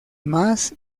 más